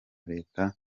leta